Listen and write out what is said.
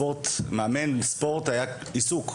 מאמן ספורט היה עיסוק,